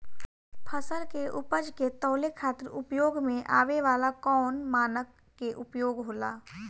फसल के उपज के तौले खातिर उपयोग में आवे वाला कौन मानक के उपयोग होला?